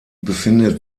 befindet